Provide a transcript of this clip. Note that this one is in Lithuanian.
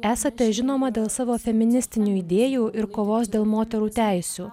esate žinoma dėl savo feministinių idėjų ir kovos dėl moterų teisių